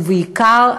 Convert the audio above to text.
ובעיקר,